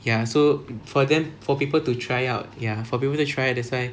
ya so for them for people to try out ya for people to try that why